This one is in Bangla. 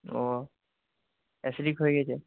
ও অ্যাাসিডিক হয়ে গেছে